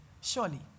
surely